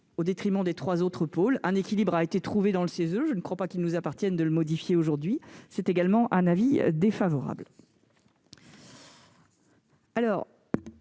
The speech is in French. au détriment des trois autres pôles. Un équilibre ayant été trouvé dans la composition du CESE, je ne pense pas qu'il nous appartienne de le modifier aujourd'hui. J'émets donc également un avis défavorable